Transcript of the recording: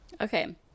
Okay